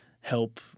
help